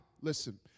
listen